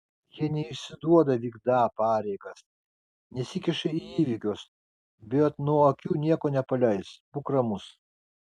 jie neišsiduoda vykdą pareigas nesikiša į įvykius bet nuo akių nieko nepaleis būk ramus